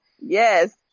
Yes